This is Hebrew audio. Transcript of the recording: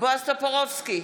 בועז טופורובסקי,